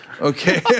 okay